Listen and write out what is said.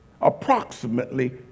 Approximately